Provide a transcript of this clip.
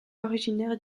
originaire